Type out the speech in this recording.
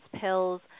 pills